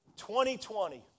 2020